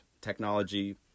technology